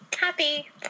happy